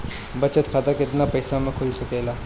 बचत खाता केतना पइसा मे खुल सकेला?